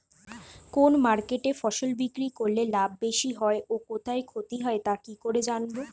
কোন মার্কেটে ফসল বিক্রি করলে লাভ বেশি হয় ও কোথায় ক্ষতি হয় তা কি করে জানবো?